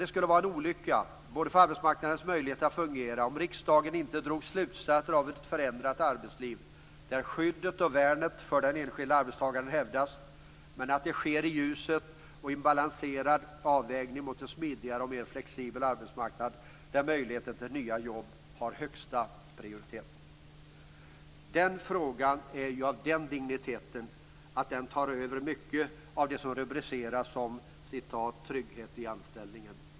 Det skulle vara en olycka för arbetsmarknadens möjligheter att fungera om riksdagen inte drog slutsatser av ett förändrat arbetsliv, där skyddet och värnet för den enskilde arbetstagaren hävdas. Det måste dock ske i ljuset och genom en balanserad avvägning mot en smidigare och mera flexibel arbetsmarknad, där möjligheten till nya jobb har högsta prioritet. Frågan är av den digniteten att den tar över mycket av det som rubriceras som "trygghet i anställningen".